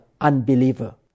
unbeliever